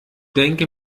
denke